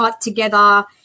together